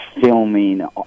filming